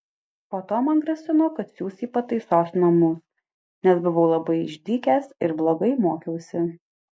po to man grasino kad siųs į pataisos namus nes buvau labai išdykęs ir blogai mokiausi